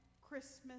Christmas